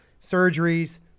surgeries